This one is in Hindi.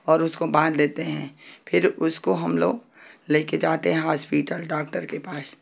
और उसको बांध देते हैं फिर उसको हम लोग ले के जाते हैं हॉस्पिटल डॉक्टर के पास